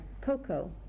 cocoa